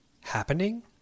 happening